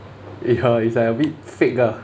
ya it's like a bit fake ah